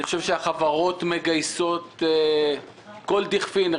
אני חושב שהחברות מגייסות כל דכפין.